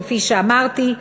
כפי שאמרתי,